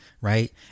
right